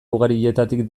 ugarietatik